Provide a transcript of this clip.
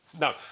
No